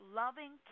loving